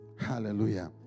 Hallelujah